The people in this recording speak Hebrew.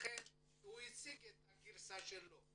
ולכן הוא הציג את גרסתו.